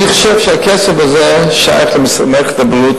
אני חושב שהכסף הזה שייך למערכת הבריאות,